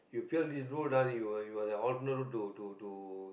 you fail this route ah you must have alternate route to to to